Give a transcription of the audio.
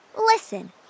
Listen